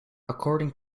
according